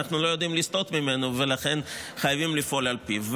אנחנו לא יודעים לסטות ממנו ולכן חייבים לפעול על פיו.